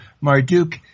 Marduk